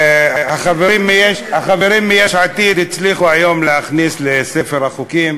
החברים מיש עתיד הצליחו היום להכניס לספר החוקים